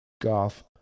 golf